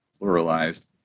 pluralized